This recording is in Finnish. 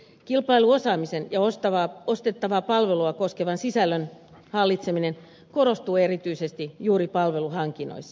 kilpailuosaaminen ja ostettavaa palvelua koskevan sisällön hallitseminen korostuu erityisesti juuri palveluhankinnoissa